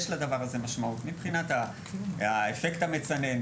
יש לדבר הזה משמעות מבחינת האפקט המצנן,